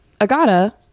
Agata